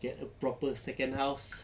get a proper second house